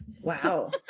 Wow